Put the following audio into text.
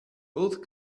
both